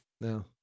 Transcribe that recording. No